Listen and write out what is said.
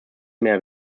mehr